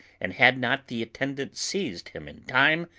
and had not the attendants seized him in time,